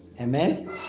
Amen